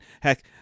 heck